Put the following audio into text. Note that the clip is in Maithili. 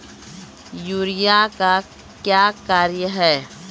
यूरिया का क्या कार्य हैं?